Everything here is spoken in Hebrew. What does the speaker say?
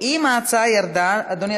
ההצעה ירדה, אדוני?